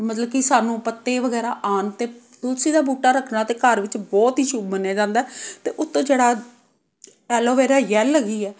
ਮਤਲਬ ਕਿ ਸਾਨੂੰ ਪੱਤੇ ਵਗੈਰਾ ਆਉਣ 'ਤੇ ਤੁਲਸੀ ਦਾ ਬੂਟਾ ਰੱਖਣਾ ਤਾਂ ਘਰ ਵਿੱਚ ਬਹੁਤ ਹੀ ਸ਼ੁੱਭ ਮੰਨਿਆ ਜਾਂਦਾ ਅਤੇ ਉੱਤੋਂ ਜਿਹੜਾ ਐਲੋਵੇਰਾ ਜੈੱਲ ਹੈਗੀ ਹੈ